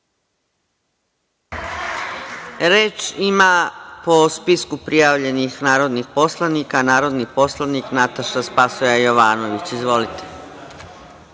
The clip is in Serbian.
Reč ima po spisku prijavljenih narodnih poslanika, narodni poslanik Nataša Sp. Jovanović. Izvolite.